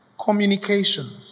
communication